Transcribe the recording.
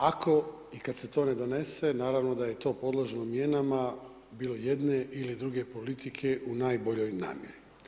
Ako, i kad se to ne donese, naravno da je to podložno mijenama bilo jedne ili druge politike u najboljoj namjeri.